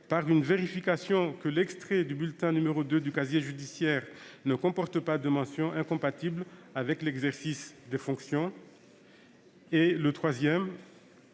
par une vérification que l'extrait du bulletin n° 2 du casier judiciaire ne comporte pas de mention incompatible avec l'exercice des fonctions et le rétablissement